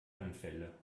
anfälle